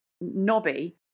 Nobby